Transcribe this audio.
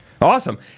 Awesome